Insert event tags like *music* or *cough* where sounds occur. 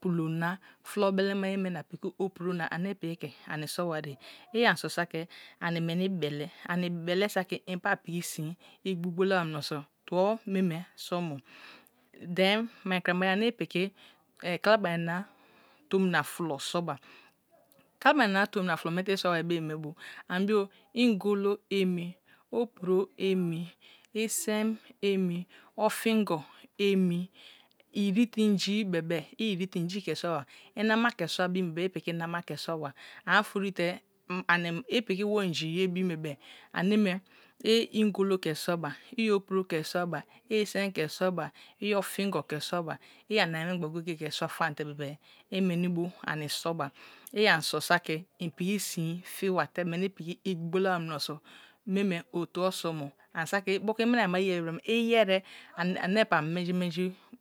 pulo na fulo bele maye menan pitbri opuro na piki ke oni so wath i am so sutri ani weni be̱le̱, ani bele sukri inpa piki su̱n agbola ba muno so̱ tno meme so mo then mai kra maye ane i piki *hesitation* kakban na tomina aulo so̱ba. Kalabari na tomina prelo me te iss war beyeme bu curs be ingolo emi opuro emi sam emi ofings enir rite inji havebe unite uji the sua wa nama ke sua bin belbe a piku nama te sua wa aniofori te *unintelligible* ipiki iwo inji ye bim be̱be̱ awe me i ingolo the sua ba i opuro he sua ba sam he sua bu a ofingo ke suaba i and ayi meb gba goye goye ke sua faute be̱be̱ a memi bo ami so̱ba, i ani so saki im piki sim fewa te meni piki igbola wa menoso meme owu i miraima yeibra me igiese one pa menji menji.